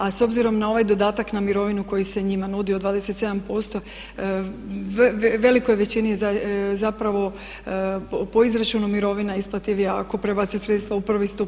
A s obzirom na ovaj dodatak na mirovinu koji se njima nudi od 27% velikoj većini je zapravo po izračunu mirovina isplativija ako prebaci sredstva u prvi stup.